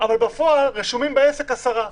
אבל בפועל רשומים בעסק עשרה,